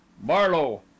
barlow